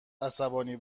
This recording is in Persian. عصبانی